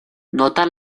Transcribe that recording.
nota